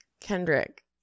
Kendrick